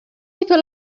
people